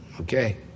Okay